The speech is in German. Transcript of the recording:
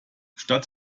statt